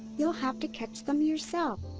you'll have to catch them yourself.